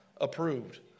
approved